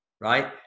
right